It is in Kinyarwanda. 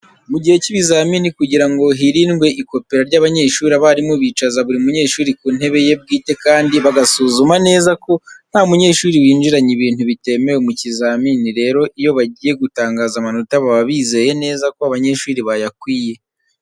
Mu gihe cy'ibizamini kugira ngo hirindwe ikopera ry'abanyeshuri, abarimu bicaza buri munyeshuri ku ntebe ye bwite kandi bagasuzuma neza ko nta munyeshuri winjiranye ibintu bitemewe mu kizamini. Rero iyo bagiye gutangaza amanota baba bizeye neza ko abanyeshuri bayakwiye.